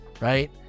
right